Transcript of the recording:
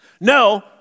no